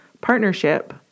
partnership